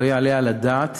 לא יעלה על הדעת